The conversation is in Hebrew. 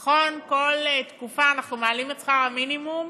נכון, כל תקופה אנחנו מעלים את שכר המינימום,